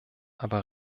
aber